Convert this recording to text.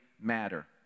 matter